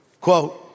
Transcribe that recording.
Quote